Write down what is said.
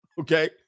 okay